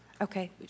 Okay